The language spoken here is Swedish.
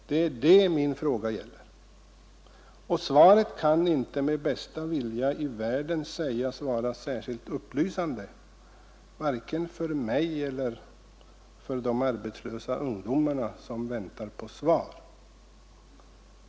Det är det min fråga gäller, och svaret kan inte med bästa vilja i världen sägas vara särskilt upplysande vare sig för mig eller för de arbetslösa ungdomarna som väntar på svar.